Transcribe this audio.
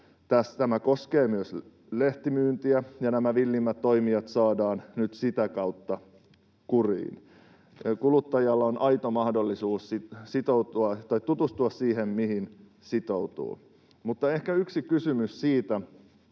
tämä koskee myös lehtimyyntiä, ja nämä villimmät toimijat saadaan nyt sitä kautta kuriin. Kuluttajalla on aito mahdollisuus tutustua siihen, mihin sitoutuu. Mutta ehkä yksi kysymys siitä,